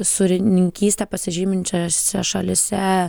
sūrininkyste pasižyminčiose šalyse